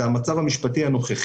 זה את המצב המשפטי הנוכחי,